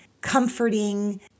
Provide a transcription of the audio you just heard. comforting